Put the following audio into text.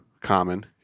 common